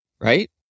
right